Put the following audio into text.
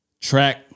Track